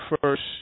first